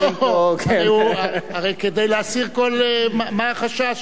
לא, הרי כדי להסיר כל, מה החשש